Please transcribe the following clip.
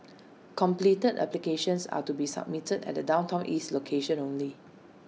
completed applications are to be submitted at the downtown east location only